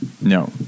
No